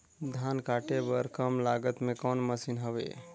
धान काटे बर कम लागत मे कौन मशीन हवय?